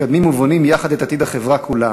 מקדמים ובונים יחד את עתיד החברה כולה.